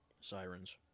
Sirens